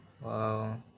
wow